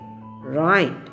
Right